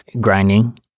grinding